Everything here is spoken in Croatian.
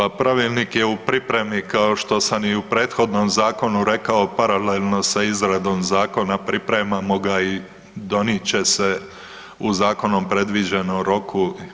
Pa pravilnik je u pripremi kao što sam i u prethodnom zakonu rekao paralelno sa izradom zakona pripremamo ga i donijet će se u zakonom predviđenom roku.